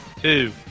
Two